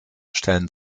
stellen